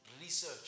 research